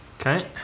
Okay